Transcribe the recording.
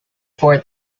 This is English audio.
for